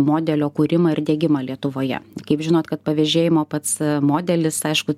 modelio kūrimą ir diegimą lietuvoje kaip žinot kad pavėžėjimo pats modelis aišku